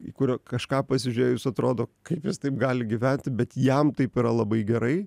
į kur kažką pasižiūrėjus atrodo kaip jis taip gali gyventi bet jam taip yra labai gerai